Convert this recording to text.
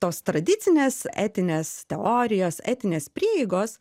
tos tradicinės etinės teorijos etinės prieigos